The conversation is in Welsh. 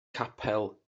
capel